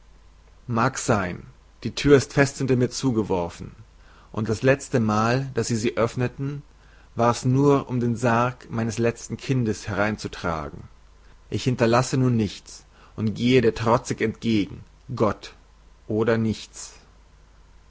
mag's sein die thür ist fester hinter mir zugeworfen und das leztemal daß sie sie öffneten war's nur um den sarg meines lezten kindes hereinzutragen ich hinterlasse nun nichts und gehe dir trozig entgegen gott oder nichts